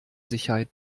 sicherheit